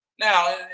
Now